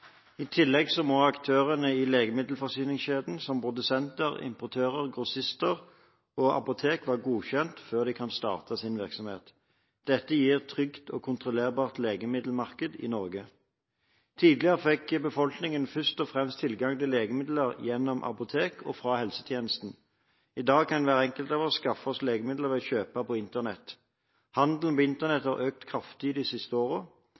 I tillegg må aktørene i legemiddelforsyningskjeden, som produsenter, importører, grossister og apotek, være godkjent før de kan starte sin virksomhet. Dette gir et trygt og kontrollerbart legemiddelmarked i Norge. Tidligere fikk befolkningen først og fremst tilgang til legemidler gjennom apotek og fra helsetjenesten. I dag kan hver enkelt av oss skaffe oss legemidler ved å kjøpe på Internett. Handelen på Internett har økt kraftig de siste